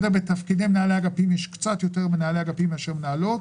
יש קצת יותר מנהלי אגפים מאשר מנהלות,